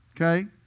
Okay